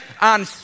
on